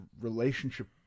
relationship